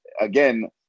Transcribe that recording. again